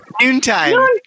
Noontime